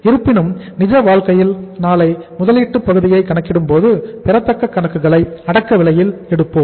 இருப்பினும் நிஜ வாழ்க்கையில் நாளை முதலீட்டு பகுதியை கணக்கிடும்போது பெறத்தக்க கணக்குகளை அடக்க விலையில் எடுப்போம்